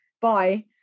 bye